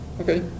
Okay